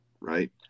right